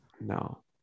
No